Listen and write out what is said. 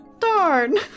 darn